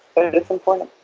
but it is important.